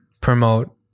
promote